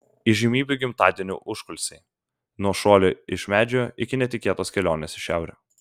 įžymybių gimtadienių užkulisiai nuo šuolio iš medžio iki netikėtos kelionės į šiaurę